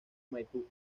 maipú